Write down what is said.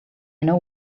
know